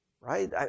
Right